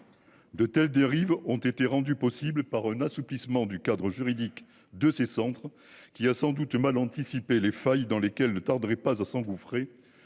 De telles dérives ont été rendues possibles par un assouplissement du cadre juridique de ces centres qui a sans doute mal anticipé les failles dans lesquelles ne tarderaient pas à s'engouffrer